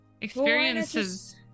experiences